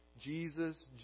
Jesus